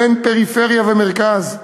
בין פריפריה ומרכז.